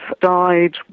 died